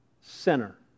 Sinner